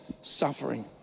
suffering